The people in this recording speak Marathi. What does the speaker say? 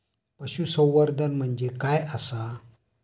पशुसंवर्धन म्हणजे काय आसा?